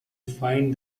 find